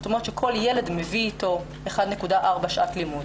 זאת אומרת שכל ילד מביא אתנו 1.4 שעת לימוד,